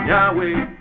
Yahweh